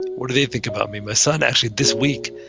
what do they think about me? my son, actually. this week,